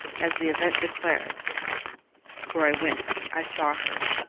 as the event declared for i went, i saw her,